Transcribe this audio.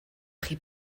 chi